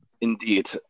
indeed